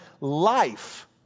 life